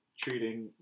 treating